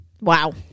Wow